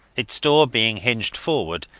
its door being hinged forward,